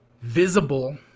visible